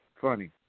funny